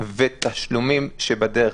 ותשלומים שבדרך.